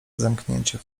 zamknięcie